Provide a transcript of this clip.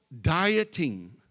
dieting